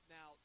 Now